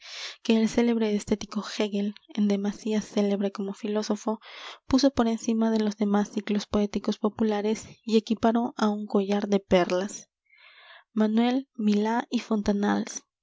que el célebre estético hegel en demasía célebre como filósofo puso por encima de los demás ciclos poéticos populares y equiparó á un collar de perlas manuel milá y fontanals